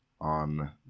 on